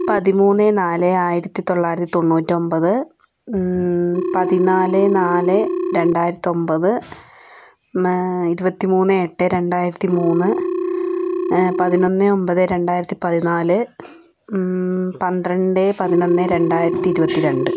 പതിമൂന്ന് നാല് ആയിരത്തി തൊള്ളായിരത്തി തൊണ്ണുറ്റിയൊമ്പത് പതിനാല് നാല് രണ്ടായിരത്തി ഒമ്പത് ഇരുപത്തി മൂന്ന് എട്ട് രണ്ടായിരത്തി മൂന്ന് പതിനൊന്ന് ഒമ്പത് രണ്ടായിരത്തി പതിനാല് പന്ത്രണ്ട് പതിനൊന്ന് രണ്ടായിരത്തി ഇരുപത്തി രണ്ട്